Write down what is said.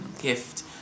gift